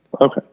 Okay